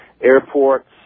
airports